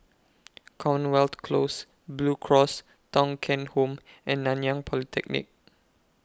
Commonwealth Close Blue Cross Thong Kheng Home and Nanyang Polytechnic